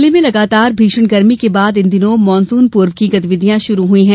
जिले में लगातार भीषण गर्मी के बाद इन दिनों मानसून पूर्व की गतिविधियां शुरू हुयी है